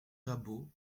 rabault